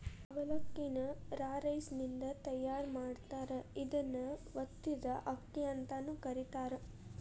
ಅವಲಕ್ಕಿ ನ ರಾ ರೈಸಿನಿಂದ ತಯಾರ್ ಮಾಡಿರ್ತಾರ, ಇದನ್ನ ಒತ್ತಿದ ಅಕ್ಕಿ ಅಂತಾನೂ ಕರೇತಾರ